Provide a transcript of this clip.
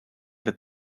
that